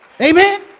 Amen